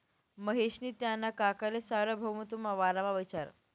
महेशनी त्याना काकाले सार्वभौमत्वना बारामा इचारं